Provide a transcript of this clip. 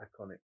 iconic